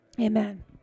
amen